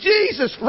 Jesus